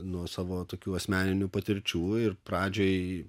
nuo savo tokių asmeninių patirčių ir pradžiai